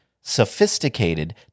sophisticated